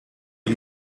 een